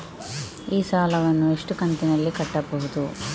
ಈ ಸಾಲವನ್ನು ಎಷ್ಟು ಕಂತಿನಲ್ಲಿ ಕಟ್ಟಬಹುದು?